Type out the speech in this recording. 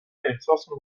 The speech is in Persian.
احساس